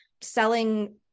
selling